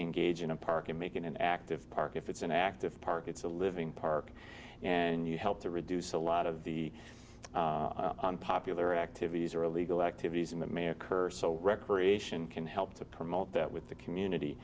engage in a park and make it an active park if it's an active park it's a living park and you help to reduce a lot of the popular activities or illegal activities and that may occur so record ation can help to promote that with the community